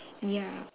ya